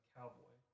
Cowboy